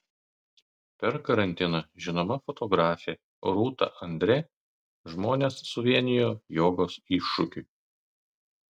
per karantiną žinoma fotografė rūta andre žmones suvienijo jogos iššūkiui